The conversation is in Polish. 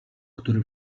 który